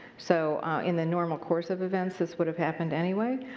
so in the normal course of events this would have happened anyway.